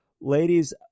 Ladies